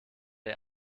der